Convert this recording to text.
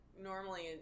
normally